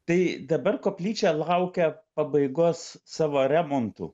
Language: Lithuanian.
tai dabar koplyčia laukia pabaigos savo remontų